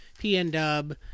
PNW